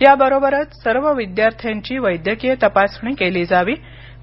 याबरोबरच सर्व विद्यार्थ्यांची वैद्यकीय तपासणी केली जावी